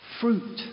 fruit